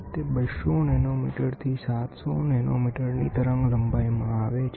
તે 200 નેનોમીટરથી 700 નેનોમીટરની તરંગલંબાઇમાં આવે છે